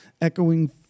echoing